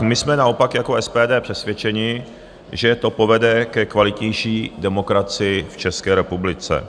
My jsme naopak jako SPD přesvědčeni, že to povede ke kvalitnější demokracii v České republice.